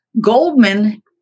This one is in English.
Goldman